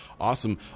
Awesome